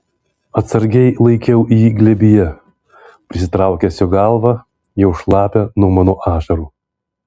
atsargiai laikiau jį glėbyje prisitraukęs jo galvą jau šlapią nuo mano ašarų